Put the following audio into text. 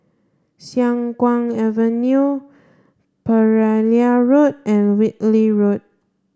Siang Kuang Avenue Pereira Road and Whitley Road